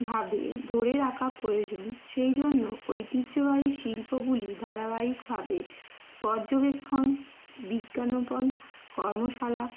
ভাবে ধরে রাখা প্রয়োজন সেই জন্য ঐতিহ্যবাহী শিল্পগুলি ধারাবাহিকভাবে পর্যবেক্ষণ বিজ্ঞাপন কর্মশালা